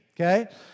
okay